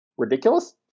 ridiculous